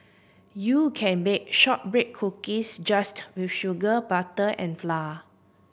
you can bake shortbread cookies just with sugar butter and flour